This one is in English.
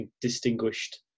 distinguished